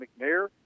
McNair